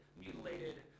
mutilated